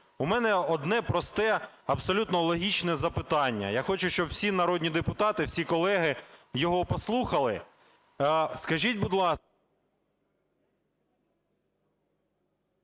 У мене одне просте абсолютно логічне запитання. Я хочу, щоб всі народні депутати, всі колеги його послухали. Скажіть, будь ласка…